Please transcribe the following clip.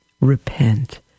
repent